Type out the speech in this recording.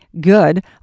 good